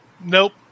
nope